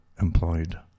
employed